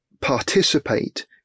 participate